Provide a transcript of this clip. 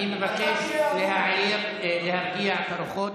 אני מבקש להעיר ולהרגיע את הרוחות.